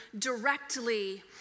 directly